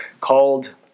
called